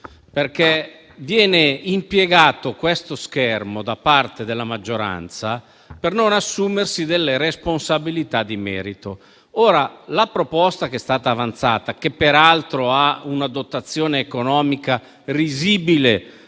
perché viene impiegato questo schermo da parte della maggioranza per non assumersi delle responsabilità di merito. La proposta che è stata avanzata, che peraltro ha una dotazione economica risibile